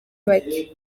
bacye